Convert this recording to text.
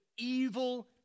evil